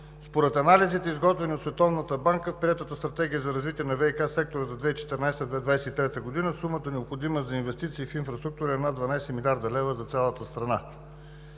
Според анализите, изготвени от Световната банка, в приетата Стратегия за развитие на ВиК сектора за 2014 – 2023 г. сумата, необходима за инвестиции в инфраструктура, е над 12 млрд. лв. за цялата страна.